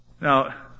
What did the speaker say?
Now